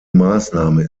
maßnahme